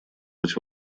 быть